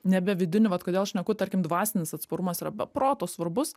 nebe vidinių vat kodėl šneku tarkim dvasinis atsparumas yra be proto svarbus